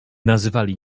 nazywali